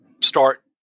start